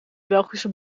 belgische